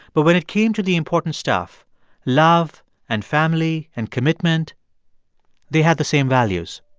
but when it came to the important stuff love and family and commitment they had the same values